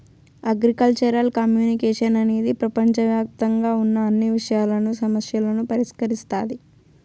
agricultural communication అనేది ప్రపంచవ్యాప్తంగా ఉన్న అన్ని విషయాలను, సమస్యలను పరిష్కరిస్తాది